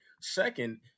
Second